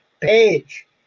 page